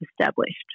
established